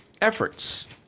efforts